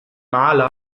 maler